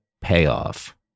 payoff